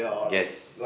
guess